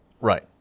Right